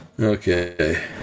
Okay